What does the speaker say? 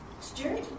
Stuart